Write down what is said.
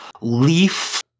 Leaf